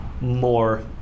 more